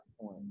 point